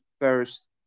first